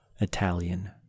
Italian